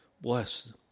bless